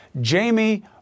Jamie